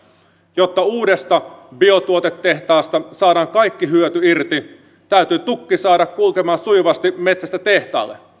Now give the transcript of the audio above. jotta uudesta biotuotetehtaasta saadaan kaikki hyöty irti täytyy tukki saada kulkemaan sujuvasti metsästä tehtaalle